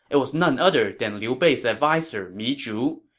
it was none other than liu bei's adviser mi zhu.